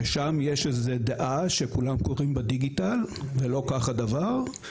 שם יש דעה שכולם קוראים בדיגיטל, ולא כך הדבר.